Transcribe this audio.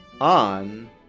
On